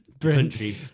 country